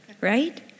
right